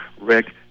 Rick